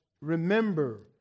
remember